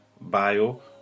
bio